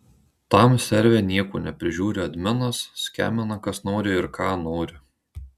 tam serve nieko neprižiūri adminas skemina kas nori ir ką nori